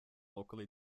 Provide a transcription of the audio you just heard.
locally